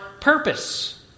purpose